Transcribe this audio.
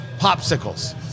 Popsicles